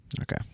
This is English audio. Okay